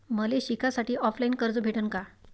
मले शिकासाठी ऑफलाईन कर्ज भेटन का?